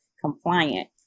compliant